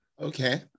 Okay